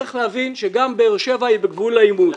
צריך להבין שגם באר שבע היא בגבול העימות.